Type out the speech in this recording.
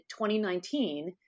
2019